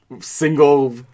single